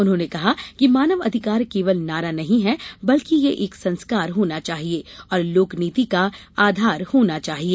उन्होंने कहा कि मानवाधिकार केवल नारा नहीं है बल्कि यह एक संस्कार होना चाहिए और लोकनीति का आधार होना चाहिए